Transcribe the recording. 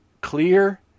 clear